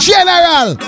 General